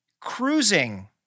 Cruising